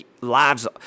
lives